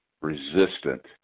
resistant